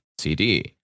CD